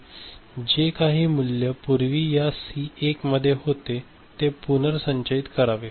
जे काही मूल्य पूर्वी या सी 1 मध्ये होते ते पुनर्संचयित करावे